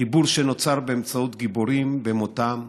חיבור שנוצר באמצעות גיבורים במותם ובחיים,